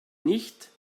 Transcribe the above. nicht